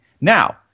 Now